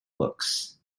books